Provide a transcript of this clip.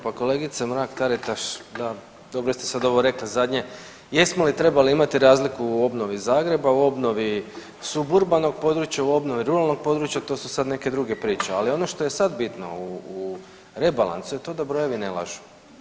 Pa kolegice Mrak-Taritaš, da dobro ste sad ovo rekli zadnje, jesmo li trebali imati razliku u obnovi Zagreba, u obnovi suburbanog područja, u obnovi ruralnog područja, to su sad neke druge priče, ali ono što je sad bitno u rebalansu je to da brojevi ne lažu.